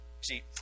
See